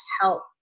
help